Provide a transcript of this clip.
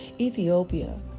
Ethiopia